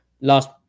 last